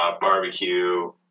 barbecue